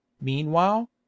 meanwhile